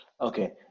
Okay